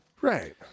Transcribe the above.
right